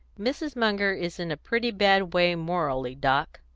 mrs. munger is in a pretty bad way morally, doc.